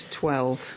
12